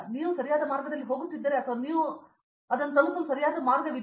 ನೀವು ಸರಿಯಾದ ಮಾರ್ಗದಲ್ಲಿ ಹೋಗುತ್ತಿದ್ದರೆ ಅಥವಾ ನೀವು ಥ್ರೆಡ್ ಮಾಡುವ ಮೂಲಕ ಅದನ್ನು ತಲುಪಲು ಸರಿಯಾದ ಮಾರ್ಗವಾಗಿದೆ